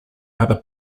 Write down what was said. other